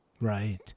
Right